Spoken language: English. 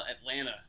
Atlanta